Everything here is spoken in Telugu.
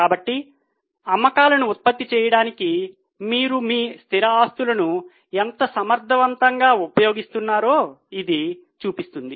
కాబట్టి అమ్మకాలను ఉత్పత్తి చేయడానికి మీరు మీ స్థిర ఆస్తులను ఎంత సమర్థవంతంగా ఉపయోగిస్తున్నారో ఇది చూపిస్తుంది